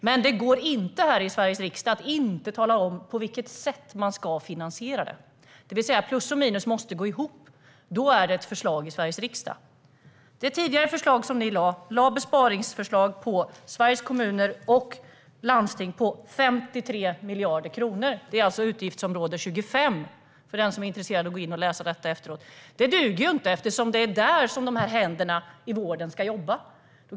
Men det går inte här i Sveriges riksdag att inte tala om på vilket sätt man ska finansiera det. Plus och minus måste gå ihop. Då är det ett förslag i Sveriges riksdag. Det tidigare förslaget som ni lade fram var besparingsförslag på Sveriges kommuner och landsting på 53 miljarder kronor. Det är utgiftsområde 25, för den som är intresserad att gå in och läsa detta efteråt. Det duger inte, eftersom det är där som händerna i vården ska jobba.